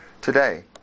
today